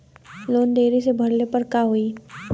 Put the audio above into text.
Loan देरी से भरले पर का होई?